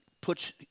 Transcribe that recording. puts